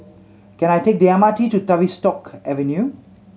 can I take the M R T to Tavistock Avenue